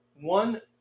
One